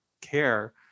care